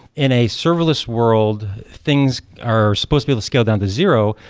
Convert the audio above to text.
in a serverless world, things are supposed to be to scale down to zero,